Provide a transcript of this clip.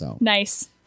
nice